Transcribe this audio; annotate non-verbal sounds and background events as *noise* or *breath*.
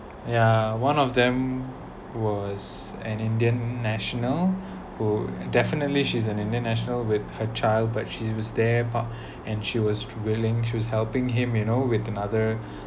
ya one of them was an indian national[oh] definitely she's an indian national with her child but she was there park and she was willing she was helping him you know with another *breath*